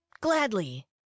gladly